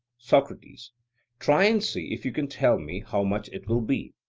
socrates try and see if you can tell me how much it will be.